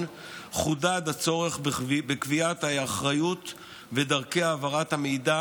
חודד הצורך בקביעת האחריות ודרכי העברת המידע